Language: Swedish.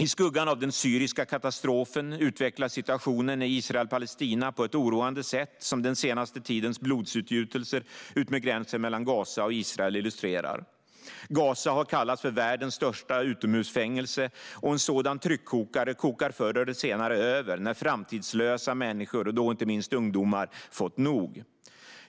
I skuggan av den syriska katastrofen utvecklas situationen i Israel-Palestina på ett oroande sätt, som den senaste tidens blodsutgjutelser utmed gränsen mellan Gaza och Israel illustrerar. Gaza har kallats för världens största utomhusfängelse, och en sådan tryckkokare kokar förr eller senare över när framtidslösa människor - inte minst ungdomar - fått nog.